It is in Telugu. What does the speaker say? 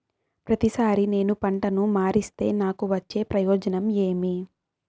ప్రతిసారి నేను పంటను మారిస్తే నాకు వచ్చే ప్రయోజనం ఏమి?